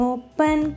Open